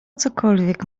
cokolwiek